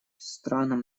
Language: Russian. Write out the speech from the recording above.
странам